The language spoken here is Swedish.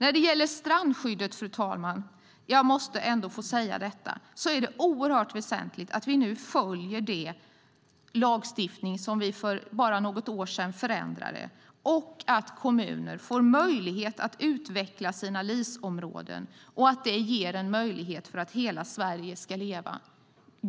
När det gäller strandskyddet - jag måste ändå få säga detta - är det oerhört väsentligt att vi nu följer den lagstiftning som vi förändrade för bara något år sedan, att kommuner får möjlighet att utveckla sina LIS-områden och att det ger en möjlighet för att hela Sverige ska leva.